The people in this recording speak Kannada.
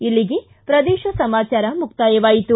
ಇಲ್ಲಿಗೆ ಪ್ರದೇಶ ಸಮಾಚಾರ ಮುಕ್ತಾಯವಾಯಿತು